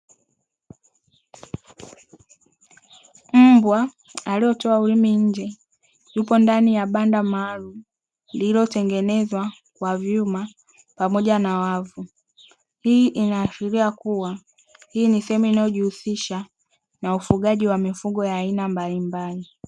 Mbwa aliyetoa ulimi nje yupo ndani ya banda maalumu lililotengenezwa kwa vyuma pamoja na wavu. Hii inaashiria kuwa hii ni sehemu inayojihusisha na ufugaji wa mifugo ya aina mbalimbali.